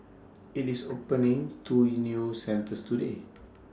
IT is opening two new centres today